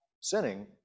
sinning